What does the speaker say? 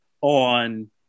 on